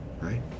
right